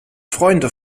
freunde